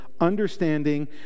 understanding